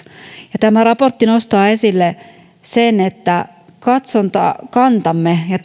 ja tämä raportti nostaa esille sen että katsontakantamme ja